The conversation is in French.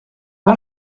pas